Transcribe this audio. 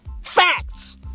Facts